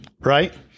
right